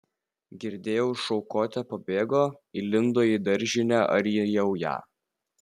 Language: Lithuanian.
girdėjau šaukote pabėgo įlindo į daržinę ar į jaują